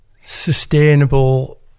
sustainable